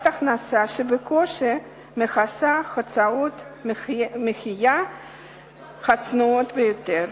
הכנסה שבקושי מכסה הוצאות מחיה צנועות ביותר,